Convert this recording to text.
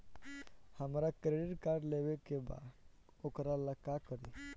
हमरा credit card लेवे के बा वोकरा ला का करी?